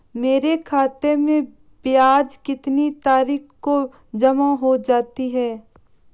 मेरे खाते में ब्याज कितनी तारीख को जमा हो जाता है?